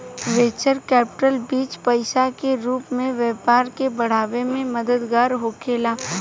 venture capital बीज पईसा के रूप में व्यापार के बढ़ावे में मददगार होखेला